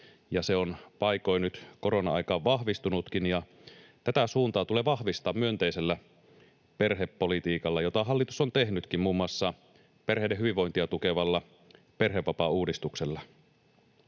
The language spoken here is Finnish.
se on paikoin nyt korona-aikana vahvistunutkin. Tätä suuntaa tulee vahvistaa myönteisellä perhepolitiikalla, jota hallitus on tehnytkin muun muassa perheiden hyvinvointia tukevalla perhevapaauudistuksella.